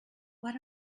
what